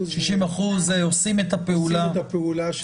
מתוכם עושים את הפעולה.